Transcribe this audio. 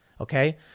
okay